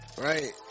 Right